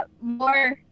more